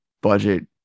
budget